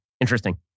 interesting